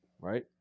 right